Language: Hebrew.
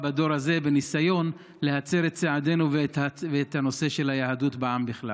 בדור הזה בניסיון להצר את צעדינו ואת נושא היהדות בעם בכלל.